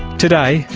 today,